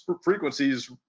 frequencies